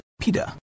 Peter